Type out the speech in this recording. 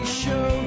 show